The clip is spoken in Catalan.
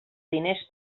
diners